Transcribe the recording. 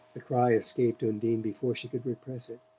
the cry escaped undine before she could repress it.